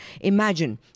imagine